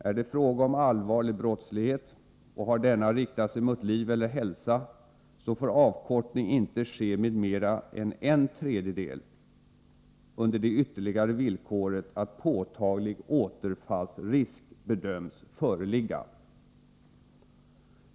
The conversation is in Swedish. Är det fråga om allvarlig brottslighet och har denna riktat sig mot liv eller hälsa får avkortning inte ske med mer än en tredjedel under det ytterligare villkoret att påtaglig återfallsrisk bedöms föreligga.